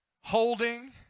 Holding